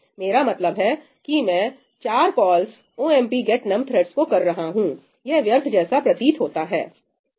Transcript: मेरा मतलब है कि मैं 4 call omp get num threads को कर रहा हूं यह व्यर्थ जैसा प्रतीत होता है